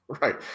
Right